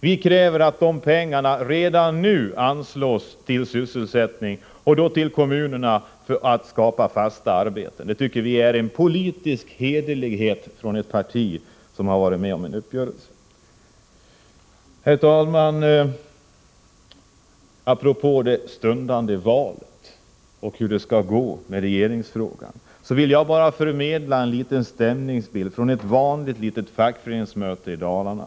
Vi kräver att pengarna redan nu anslås till kommunerna för att skapa fasta arbetstillfällen. Här handlar det enligt vår mening om politisk hederlighet från ett parti som har varit med om att träffa en uppgörelse. Herr talman! Apropå det stundande valet och hur det skall gå med regeringsfrågan vill jag förmedla en liten stämningsbild från ett vanligt fackföreningsmöte i Dalarna.